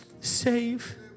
Save